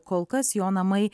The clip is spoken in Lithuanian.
kol kas jo namai